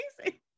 amazing